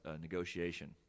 negotiation